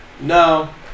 No